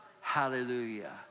Hallelujah